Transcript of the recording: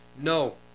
No